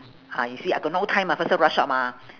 ah you see I got no time must faster rush out mah